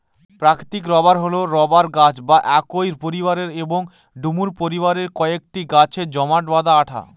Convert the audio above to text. প্রাকৃতিক রবার হল রবার গাছ বা একই পরিবারের এবং ডুমুর পরিবারের কয়েকটি গাছের জমাট বাঁধা আঠা